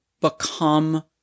become